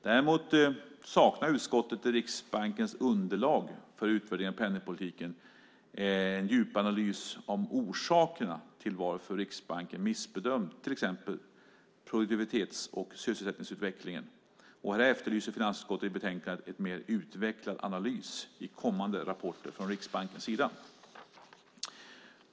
Däremot saknar utskottet i Riksbankens underlag för utvärdering av penningpolitiken en djupanalys av orsakerna till att Riksbanken missbedömt till exempel produktivitets och sysselsättningsutvecklingen. Här efterlyser finansutskottet i betänkandet en mer utvecklad analys i kommande rapporter från Riksbankens sida.